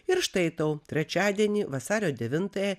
ir štai tau trečiadienį vasario devintąją